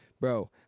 bro